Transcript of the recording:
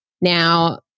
Now